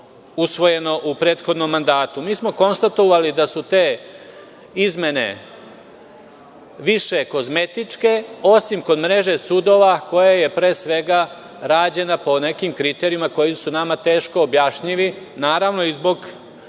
usvojeno u prethodnom mandatu? Mi smo konstatovali da su te izmene više kozmetičke, osim kod mreže sudova koja je, pre svega, rađena po nekim kriterijumima koji su nama teško objašnjivi. Naravno, zbog